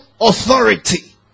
authority